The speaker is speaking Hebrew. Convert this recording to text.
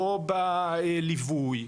לא בליווי,